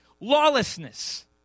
lawlessness